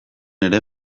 ere